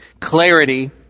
clarity